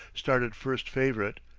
started first favorite,